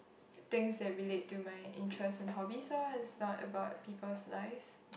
things that relate to my interest and hobbies loh it's not about people's lives